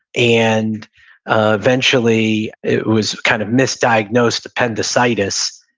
and ah eventually, it was kind of misdiagnosed appendicitis,